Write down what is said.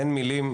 אין מילים.